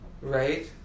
right